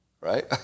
right